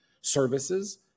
services